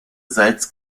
salz